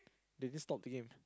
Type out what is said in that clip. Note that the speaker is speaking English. they just stopped the game